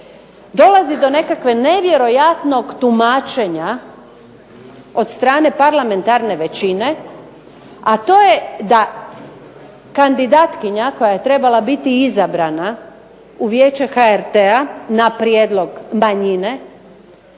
dolazi do nekakve nevjerojatnog tumačenja od strane parlamentarne većine, a to je da kandidatkinja koja je trebala biti izabrana u Vijeće HRT-a na prijedlog manjine